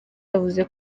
yavuze